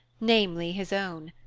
namely his own.